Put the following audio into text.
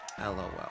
LOL